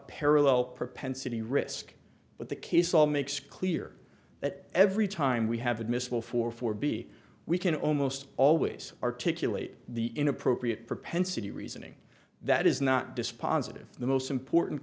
parallel propensity risk but the case all makes clear that every time we have admissible for four b we can almost always articulate the inappropriate propensity reasoning that is not dispositive the most important